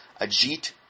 Ajit